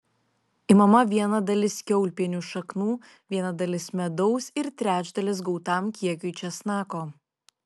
imama viena dalis kiaulpienių šaknų viena dalis medaus ir trečdalis gautam kiekiui česnako